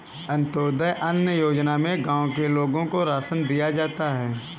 अंत्योदय अन्न योजना में गांव के लोगों को राशन दिया जाता है